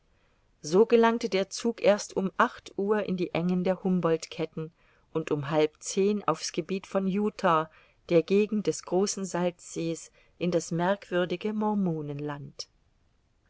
so gelangte der zug erst um acht uhr in die engen der humboldtketten und um halb zehn auf's gebiet von utah der gegend des großen salzsees in das merkwürdige mormonenland